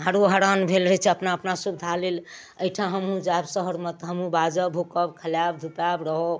हरोहरान भेल रहै छै अपना अपना सुबिधा लेल एहिठाम हमहुँ जायब शहरमे तऽ हमहुँ बाजब भुकब खलायब धुपायब रहब